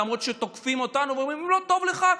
למרות שתוקפים אותנו ואומרים: אם לא טוב לך,